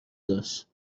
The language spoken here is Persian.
داشت